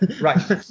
Right